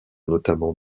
notamment